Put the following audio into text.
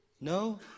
No